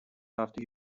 after